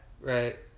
Right